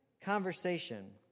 conversation